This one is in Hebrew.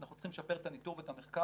אנחנו צריכים לשפר את הניטור ואת המחקר,